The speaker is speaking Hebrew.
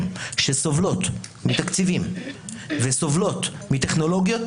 שסובלות מתקציבים וסובלות מטכנולוגיות,